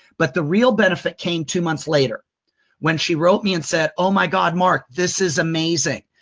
but the real benefit came two months later when she wrote me and said, oh my god, mark, this is amazing!